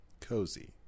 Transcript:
Cozy